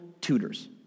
tutors